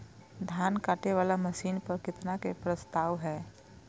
धान काटे वाला मशीन पर केतना के प्रस्ताव हय?